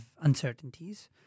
uncertainties